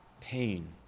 pain